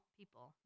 people